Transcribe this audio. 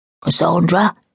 Cassandra